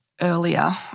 earlier